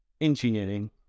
engineering